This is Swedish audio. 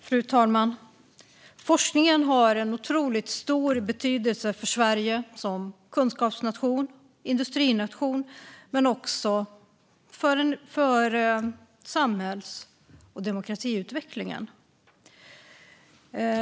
Fru talman! Forskningen har en otroligt stor betydelse för Sverige som kunskapsnation och industrination men också för samhälls och demokratiutvecklingen.